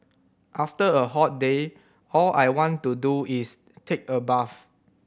after a hot day all I want to do is take a bath